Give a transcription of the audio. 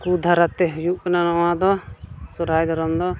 ᱠᱚ ᱫᱷᱟᱨᱟᱛᱮ ᱦᱩᱭᱩᱜ ᱠᱟᱱᱟ ᱱᱚᱣᱟᱫᱚ ᱥᱚᱦᱨᱟᱭ ᱫᱷᱚᱨᱚᱢ ᱫᱚ